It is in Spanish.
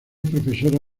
profesora